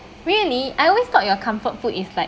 really I always thought your comfort food is like